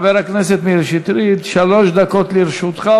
שלוש דקות לרשותך,